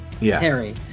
Harry